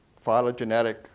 phylogenetic